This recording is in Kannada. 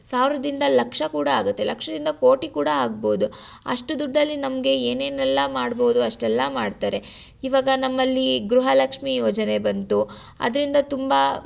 ಸಾವಿರದಿಂದ ಲಕ್ಷ ಕೂಡ ಆಗುತ್ತೆ ಲಕ್ಷದಿಂದ ಕೋಟಿ ಕೂಡ ಆಗ್ಬೋದು ಅಷ್ಟು ದುಡ್ಡಲ್ಲಿ ನಮಗೆ ಏನೇನೆಲ್ಲಾ ಮಾಡ್ಬೋದು ಅಷ್ಟೆಲ್ಲ ಮಾಡ್ತಾರೆ ಇವಾಗ ನಮ್ಮಲ್ಲಿ ಗೃಹಲಕ್ಷ್ಮಿ ಯೋಜನೆ ಬಂತು ಅದರಿಂದ ತುಂಬ